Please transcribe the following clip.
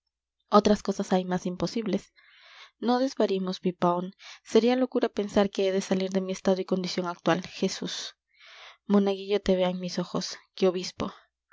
otras cosas hay más imposibles no desvariemos pipaón sería locura pensar que he de salir de mi estado y condición actual jesús monaguillo te vean mis ojos que obispo